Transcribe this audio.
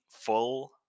full